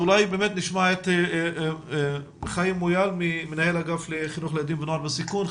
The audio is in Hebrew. אולי נשמע את חיים מויאל מנהל אגף חינוך לילדים ונוער בסיכון.